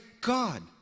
God